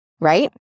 right